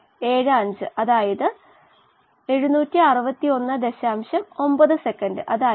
എന്നാൽ Clostridium acetobutylicum പോലുള്ള ചിലജീവികൾ മൈക്രോ എയ്റോബിക് ആണ് അവക്ക് ഓക്സിജൻ കുറഞ്ഞ അളവിൽ മാത്രം ആവശ്യമുള്ളൂ 5 ശതമാനത്തിൽ താഴെ